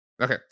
Okay